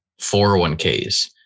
401ks